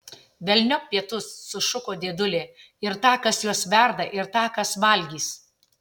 velniop pietus sušuko dėdulė ir tą kas juos verda ir tą kas valgys